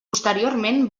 posteriorment